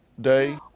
day